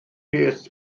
peth